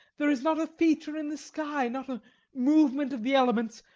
there is not a feature in the sky, not a movement of the elements,